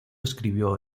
escribió